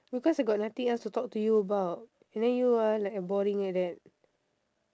because I got nothing else to talk to you about and then you ah like boring like that